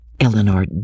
Eleanor